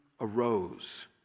arose